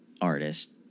artist